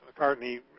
McCartney